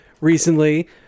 recently